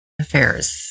Affairs